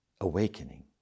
awakening